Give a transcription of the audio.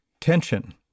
tension